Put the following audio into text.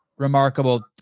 remarkable